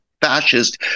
fascist